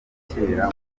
cyera